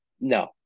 no